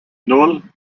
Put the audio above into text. nan